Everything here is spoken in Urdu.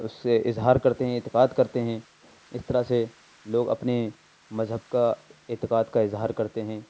اس سے اظہار کرتے ہیں اعتقاد کرتے ہیں اس طرح سے لوگ اپنے مذہب کا اعتقاد کا اظہار کرتے ہیں